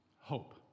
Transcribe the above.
hope